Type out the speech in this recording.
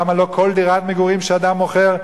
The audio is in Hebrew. למה לא כל דירת מגורים שאדם מוכר,